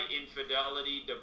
Infidelity